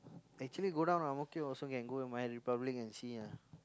actually go down Ang-Mo-Kio also can go the My-Republic and see